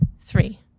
three